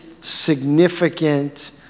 significant